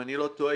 אם אני לא טועה,